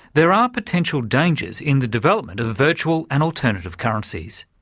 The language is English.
there are potential dangers in the development of virtual and alternative currencies.